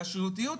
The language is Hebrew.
השרירותיות,